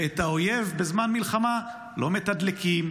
ואת האויב בזמן מלחמה לא מתדלקים,